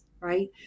right